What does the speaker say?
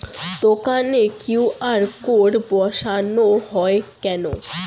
দোকানে QR code বসানো হয় কেন?